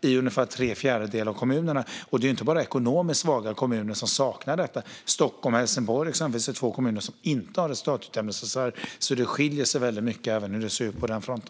i ungefär tre fjärdedelar av kommunerna. Det är inte bara ekonomiskt svaga kommuner som saknar detta. Exempelvis Stockholm och Helsingborg är två kommuner som inte har någon resultatutjämningsreserv, så det skiljer sig mycket i hur det ser ut på den fronten.